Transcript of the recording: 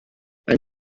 yng